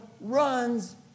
runs